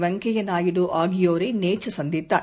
Venkaiah Naidu ஆகியோரைநேற்றுசந்தித்தார்